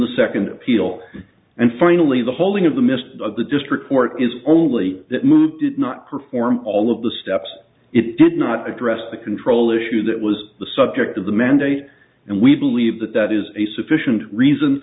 the second appeal and finally the holding of the midst of the district court is only that move did not perform all of the steps it did not address the control issue that was the subject of the mandate and we believe that that is a sufficient reason